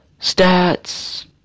stats